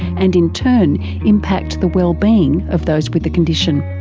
and in turn impact the wellbeing of those with the condition.